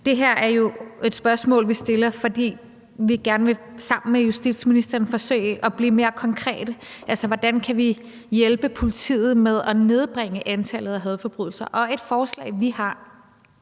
Det her er jo et spørgsmål, vi stiller, fordi vi gerne sammen med justitsministeren vil forsøge at blive mere konkrete: Altså, hvordan kan vi hjælpe politiet med at nedbringe antallet af hadforbrydelser? Og et forslag, vi har,